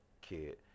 kid